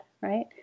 right